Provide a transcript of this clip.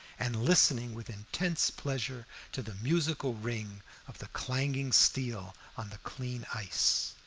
and listening with intense pleasure to the musical ring of the clanging steel on the clean ice.